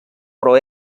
però